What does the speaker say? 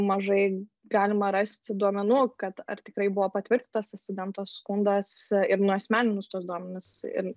mažai galima rasti duomenų kad ar tikrai buvo patvirtintas tas studento skundas ir nuasmeninus tuos duomenis ir